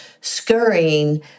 scurrying